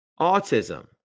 Autism